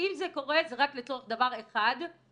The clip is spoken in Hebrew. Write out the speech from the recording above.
ואם זה קורה זה רק לצורך דבר אחד וצריך